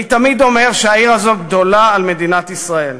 אני תמיד אומר שהעיר הזאת גדולה על מדינת ישראל.